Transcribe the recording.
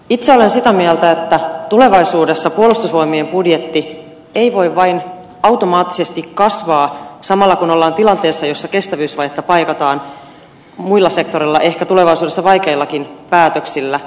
itse olen sitä mieltä että tulevaisuudessa puolustusvoimien budjetti ei voi vain automaattisesti kasvaa samalla kun ollaan tilanteessa jossa kestävyysvajetta paikataan muilla sektoreilla ehkä tulevaisuudessa vaikeillakin päätöksillä